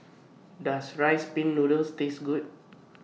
Does Rice Pin Noodles Taste Good